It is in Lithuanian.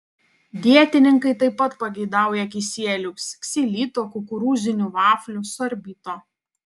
dietininkai taip pat pageidauja kisieliaus ksilito kukurūzinių vaflių sorbito